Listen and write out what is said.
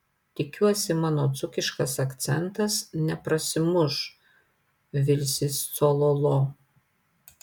tikiuosi mano dzūkiškas akcentas neprasimuš vilsis cololo